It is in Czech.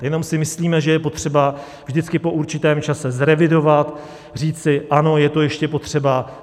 Jenom si myslíme, že je potřeba vždycky po určitém čase zrevidovat, říci ano, je to ještě potřeba.